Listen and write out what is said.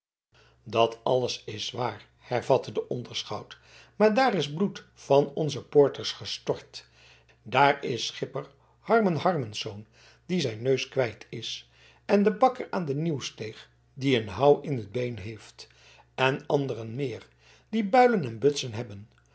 dat alles is waar hervatte de onderschout maar daar is bloed van onze poorters gestort daar is schipper harmen harmsz die zijn neus kwijt is en de bakker aan de nieuwsteeg die een houw in t been heeft en anderen meer die builen en blutsen hebben